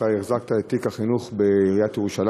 אתה החזקת את תיק החינוך בירושלים,